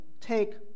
take